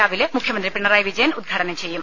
രാവിലെ മുഖ്യമന്ത്രി പിണറായി വിജയൻ ഉദ്ഘാടനം ചെയ്യും